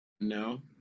No